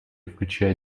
включая